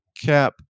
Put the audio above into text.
cap